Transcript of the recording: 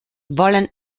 wollen